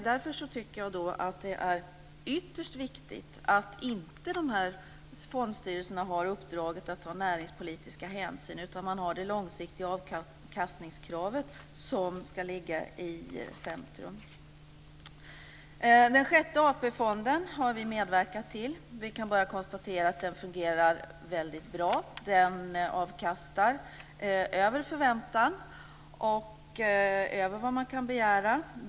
Därför tycker jag att det är ytterst viktigt att de här fondstyrelserna inte har uppdraget att ta näringspolitiska hänsyn, utan att det långsiktiga avkastningskravet ligger i centrum. Sjätte AP-fonden har vi medverkat till. Vi kan bara konstatera att den fungerar väldigt bra. Den avkastar över förväntan och över vad man kan begära.